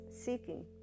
seeking